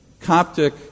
Coptic